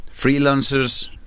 freelancers